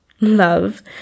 love